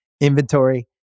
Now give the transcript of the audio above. inventory